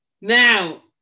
Now